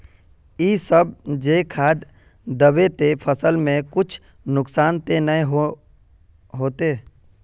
इ सब जे खाद दबे ते फसल में कुछ नुकसान ते नय ने होते